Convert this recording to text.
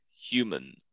human